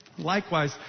Likewise